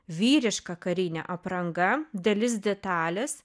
vyriška karinė apranga dalis detalės